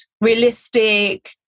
realistic